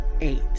eight